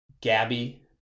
Gabby